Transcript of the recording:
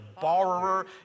borrower